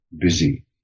busy